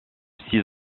six